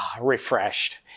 refreshed